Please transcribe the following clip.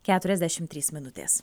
keturiasdešim trys minutės